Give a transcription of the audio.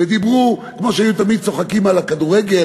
ודיברו כמו שהיו תמיד צוחקים על הכדורגל